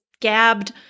gabbed